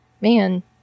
man